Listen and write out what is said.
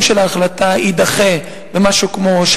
של ההחלטה הזאת יידחה בשנה-שנתיים,